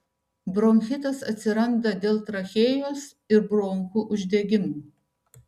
bronchitas atsiranda dėl trachėjos ir bronchų uždegimo